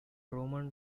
roman